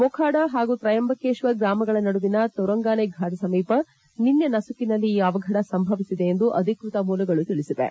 ಮೋಖಾಡ ಹಾಗೂ ತ್ರೈಂಬಕೇಶ್ವರ್ ಗ್ರಾಮಗಳ ನಡುವಿನ ತೋರಂಗಾನೆ ಫಾಟ್ ಸಮೀಪ ನಿನ್ನೆ ನಸುಕಿನಲ್ಲಿ ಈ ಅವಘಡ ಸಂಭವಿಸಿದೆ ಎಂದು ಅಧಿಕೃತ ಮೂಲಗಳು ತಿಳಿಸಿವೆ